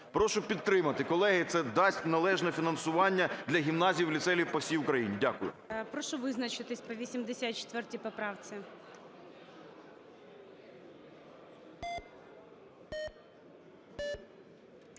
Прошу підтримати, колеги, це дасть належне фінансування для гімназій, ліцеїв по всій Україні. Дякую. ГОЛОВУЮЧИЙ. Прошу визначитись по 84 поправці.